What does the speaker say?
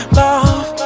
love